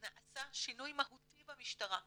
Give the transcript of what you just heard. נעשה שינוי מהותי במשטרה.